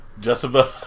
Jessica